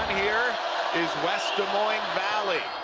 here is west des moines valley